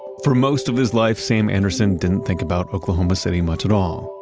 for most of his life, sam anderson didn't think about oklahoma city much at all.